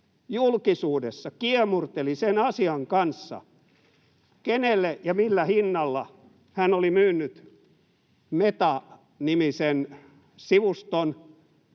julkisuudessa kiemurteli sen asian kanssa, kenelle ja millä hinnalla hän oli myynyt Meta-nimisen sivuston,